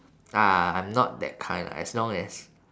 ah I'm not that kind lah as long as